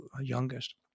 youngest